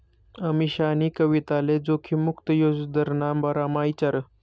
अमीशानी कविताले जोखिम मुक्त याजदरना बारामा ईचारं